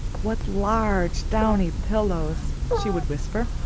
what large, downy pillows! she would whisper.